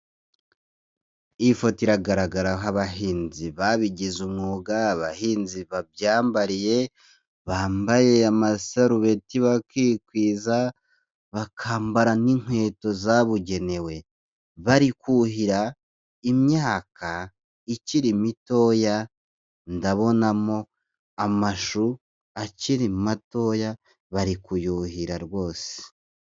Iyi foto iragaragara abahinzi babigize umwuga, abahinzi babyambariye, bambaye amasarubeti bakikwiza, bakambara n'inkweto zabugenewe. Hari kuhira imyaka ikiri mitoya, ndabonamo amashu akiri matoya bari kuyuhira rwose.